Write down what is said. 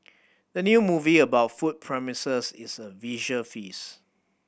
the new movie about food promises is a visual feast